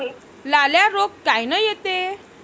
लाल्या रोग कायनं येते?